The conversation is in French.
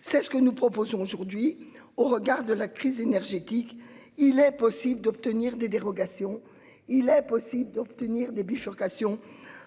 C'est ce que nous proposons aujourd'hui au regard de la crise énergétique. Il est possible d'obtenir des dérogations. Il est possible d'obtenir des bifurcations